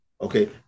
okay